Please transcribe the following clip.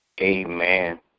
Amen